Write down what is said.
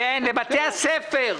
כן, לבתי הספר.